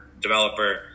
developer